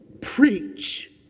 Preach